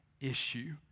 issue